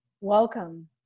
welcome